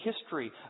history